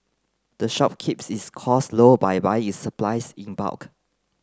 the shop keeps its cost low by buying its supplies in bulk